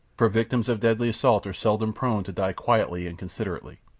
for victims of deadly assault are seldom prone to die quietly and considerately.